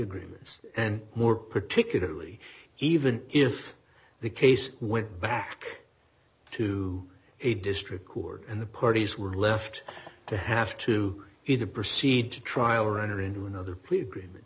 agreements and more particularly even if the case went back to a district court and the parties were left to have to either proceed to trial or enter into another plea